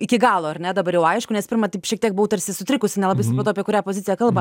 iki galo ar ne dabar jau aišku nes pirma taip šiek tiek buvau tarsi sutrikusi nelabai supratau apie kurią poziciją kalba